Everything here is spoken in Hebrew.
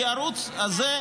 כי הערוץ הזה,